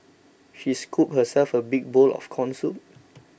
she scooped herself a big bowl of Corn Soup